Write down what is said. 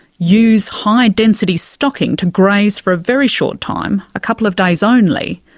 use high-density stocking to graze for a very short time, a couple of days only,